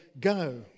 go